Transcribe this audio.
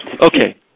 Okay